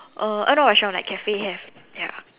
uh uh not restaurant like cafe have ya